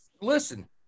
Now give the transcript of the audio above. listen